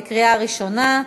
לקריאה ראשונה.